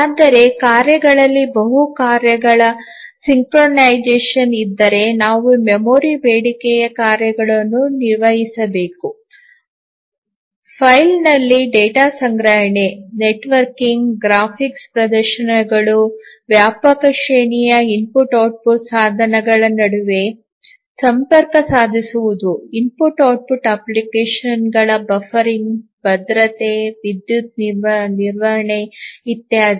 ಆದರೆ ಕಾರ್ಯಗಳಲ್ಲಿ ಬಹು ಕಾರ್ಯಗಳ ಸಿಂಕ್ರೊನೈಸೇಶನ್ ಇದ್ದರೆ ನಾವು ಮೆಮೊರಿ ಬೇಡಿಕೆಯ ಕಾರ್ಯಗಳನ್ನು ನಿರ್ವಹಿಸಬೇಕು ಫೈಲ್ನಲ್ಲಿ ಡೇಟಾ ಸಂಗ್ರಹಣೆ ನೆಟ್ವರ್ಕಿಂಗ್ ಗ್ರಾಫಿಕ್ಸ್ ಪ್ರದರ್ಶನಗಳು ವ್ಯಾಪಕ ಶ್ರೇಣಿಯ IO ಸಾಧನಗಳ ನಡುವೆ ಸಂಪರ್ಕ ಸಾಧಿಸುವುದು IO ಅಪ್ಲಿಕೇಶನ್ಗಳ ಬಫರಿಂಗ್ ಭದ್ರತೆ ವಿದ್ಯುತ್ ನಿರ್ವಹಣೆ ಇತ್ಯಾದಿ